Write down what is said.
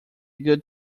good